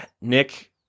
Nick